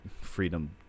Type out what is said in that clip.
freedom